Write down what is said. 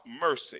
mercy